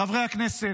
חברי הכנסת,